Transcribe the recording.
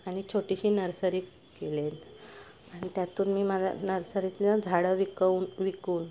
आणि छोटीशी नर्सरी केली आहे आणि त्यातून मी माझ्या नर्सरीतनं झाडं विकून विकून